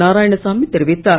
நாராயணசாமி தெரிவித்தார்